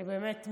באמת,